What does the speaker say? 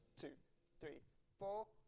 two three four.